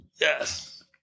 Yes